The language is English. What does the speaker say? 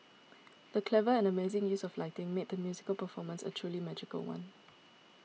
the clever and amazing use of lighting made the musical performance a truly magical one